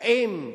האם,